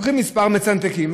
לוקחים מספר, מצנתקים.